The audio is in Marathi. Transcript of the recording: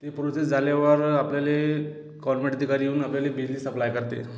ते प्रोसेस झाल्यावर आपल्याला गॉर्मेट अधिकारी येऊन आपल्याला बिजली सप्लाय करतात